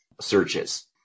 searches